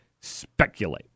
speculate